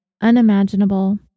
unimaginable